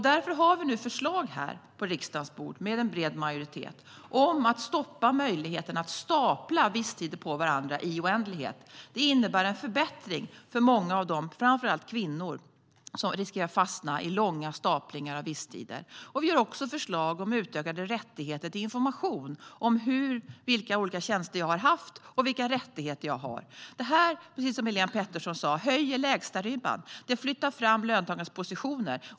Därför finns ett förslag på riksdagens bord med en bred majoritet om att stoppa möjligheterna att stapla visstider på varandra i oändlighet. Det innebär en förbättring för många - framför allt - kvinnor som riskerar att fastna i långa staplingar av visstider. Det finns också förslag om utökade rättigheter till information om vilka olika tjänster man har haft och vilka rättigheter man har. Precis som Helén Pettersson sa höjer detta lägstaribban. Det flyttar fram löntagarnas positioner.